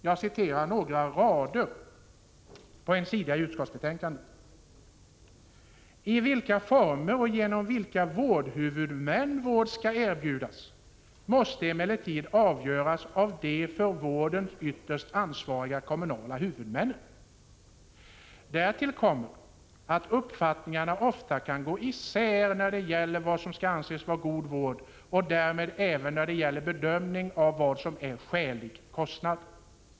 Jag citerar några rader på s. 15 i utskottsbetänkandet: ”I vilka former och genom vilken vårdhuvudman vård skall erbjudas måste emellertid avgöras av de för vården ytterst ansvariga kommunala huvudmän nen. Därtill kommer att uppfattningarna ofta kan gå starkt isär när det gäller vad som skall anses vara en god vård och därmed även när det gäller bedömningen av vad som är skälig kostnad.